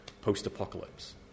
post-apocalypse